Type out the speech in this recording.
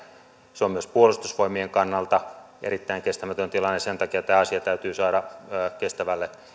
se on myös puolustusvoimien kannalta erittäin kestämätön tilanne sen takia tämä asia täytyy saada kestävälle